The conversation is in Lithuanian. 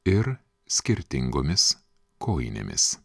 ir skirtingomis kojinėmis